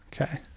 Okay